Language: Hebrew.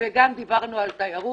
גם דיברנו על תיירות.